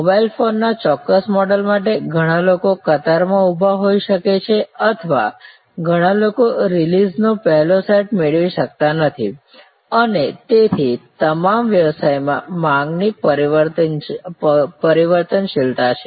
mobile ફોનના ચોક્કસ model માટે ઘણા લોકો કતારમાં ઉભા હોઈ શકે છે અને ઘણા લોકો રિલીઝનો પહેલો સેટ મેળવી શકતા નથી અને તેથી તમામ વ્યવસાયમાં માંગની પરિવર્તનશીલતા છે